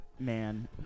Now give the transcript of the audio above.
man